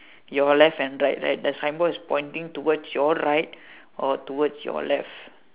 your left and right right the signboard is pointing towards your right or towards your left